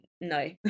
no